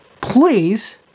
please